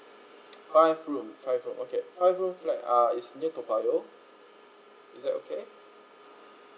five room five room okay five room flat uh is near toa payoh is that okay